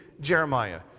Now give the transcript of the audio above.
Jeremiah